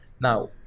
Now